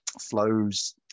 flows